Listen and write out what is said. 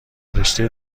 رشته